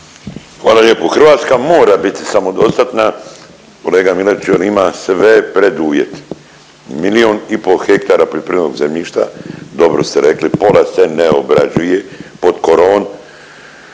Hvala lijepa. Hrvatska mora biti samodostatna kolega Miletiću jer ima sve preduvjete. Milion i po hektara poljoprivrednog zemljišta, dobro ste rekli pola se ne obrađuje, pod korovom